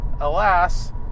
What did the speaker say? alas